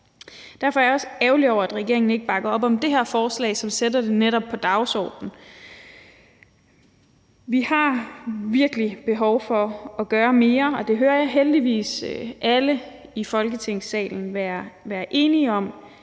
Derfor er jeg også ærgerlig over, at regeringen ikke bakker op om det her forslag, som netop sætter det på dagsordenen. Vi har virkelig behov for at gøre mere, og det hører jeg heldigvis alle i Folketingssalen være enige om.